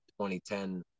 2010